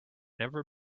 never